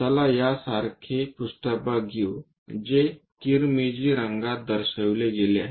चला यासारखे पृष्ठभाग घेऊ जे किरमिजी रंगात दर्शविले गेले आहे